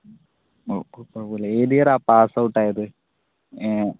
ഓഹ് കുഴപ്പമില്ല ഏത് ഇയറിലാ പാസ് ഔട്ട് ആയത്